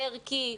הערכי,